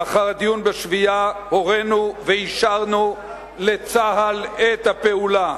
לאחר הדיון בשביעייה הורינו ואישרנו לצה"ל את הפעולה.